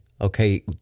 okay